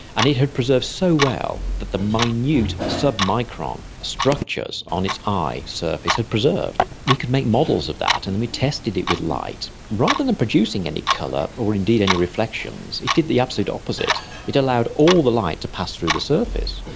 and it had preserved so well that the minute sub-micron structures on its eye surface had preserved. we could make models of that and we tested it with light. rather than producing any colour or indeed any reflections, it did the absolute opposite it allowed all the light to pass through the surface,